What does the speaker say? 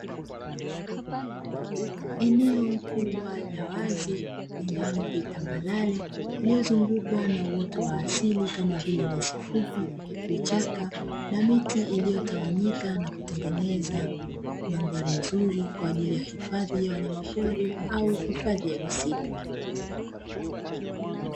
Eneo kubwa la wazi lenye ardhi tambarare lililozungukwa na uoto wa asili kama vile; nyasi fupi, vichaka na miti iliyotawanyika na kutengeneza mandhari nzuri, kwa ajili ya hifadhi ya wanyama pori au hifadhi ya misitu.